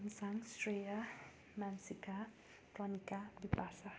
Kensang Shreya Mansika Pranika Bipasha